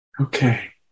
Okay